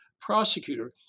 prosecutor